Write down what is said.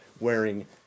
Wearing